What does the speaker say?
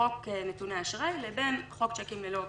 חוק נתוני אשראי לבין חוק צ'קים ללא כיסוי,